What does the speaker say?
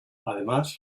además